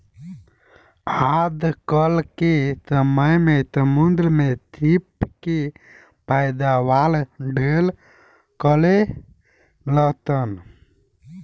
आजकल के समय में समुंद्र में सीप के पैदावार ढेरे करेलसन